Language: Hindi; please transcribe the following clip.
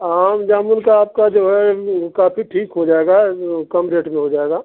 आम जामुन का आपका जो है वह काफी ठीक हो जाएगा कम रेट में हो जाएगा